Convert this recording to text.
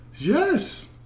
yes